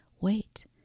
wait